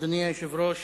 אדוני היושב-ראש,